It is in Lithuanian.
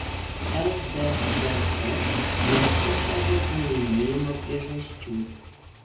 lddp ieško savo pralaimėjimo priežasčių